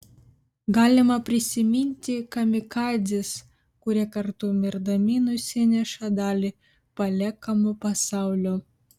galima prisiminti kamikadzes kurie kartu mirdami nusineša dalį paliekamo pasaulio